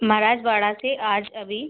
महाराज वाड़ा से आज अभी